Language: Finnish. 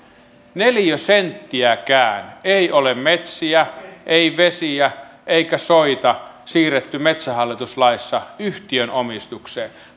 neliösenttiäkään ei ole metsiä ei vesiä eikä soita siirretty metsähallitus laissa yhtiön omistukseen